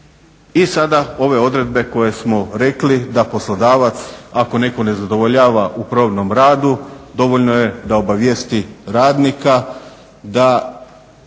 i sada ove odredbe koje smo rekli da poslodavac ako netko ne zadovoljava u probnom radu dovoljno je da obavijesti radnika da